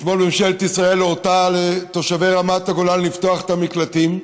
אתמול ממשלת ישראל הורתה לתושבי רמת הגולן לפתוח את המקלטים,